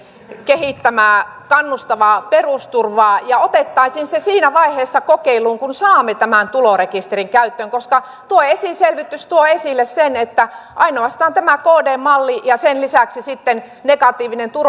kehittämää kannustavaa perusturvaa ja otettaisiin se siinä vaiheessa kokeiluun kun saamme tämän tulorekisterin käyttöön tuo esiselvitys tuo esille sen että ainoastaan tämä kdn malli ja sen lisäksi sitten negatiivinen